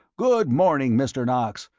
good morning, mr. knox.